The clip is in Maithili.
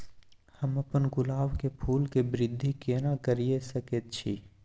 हम अपन गुलाब के फूल के वृद्धि केना करिये सकेत छी?